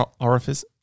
orifice